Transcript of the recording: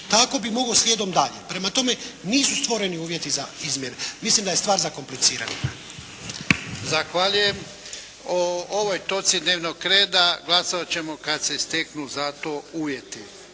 tako bih mogao slijedom dalje. Prema tome, nisu stvoreni uvjeti za izmjene. Mislim da je stvar zakomplicirana. **Jarnjak, Ivan (HDZ)** Zahvaljujem. O ovoj točci dnevnog reda glasovat ćemo kad se steknu za to uvjeti.